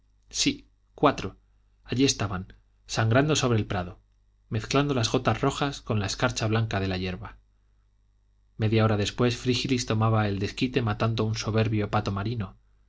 sí cuatro allí estaban sangrando sobre el prado mezclando las gotas rojas con la escarcha blanca de la hierba media hora después frígilis tomaba el desquite matando un soberbio pato marino